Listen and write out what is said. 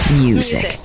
music